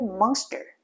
monster